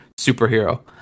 Superhero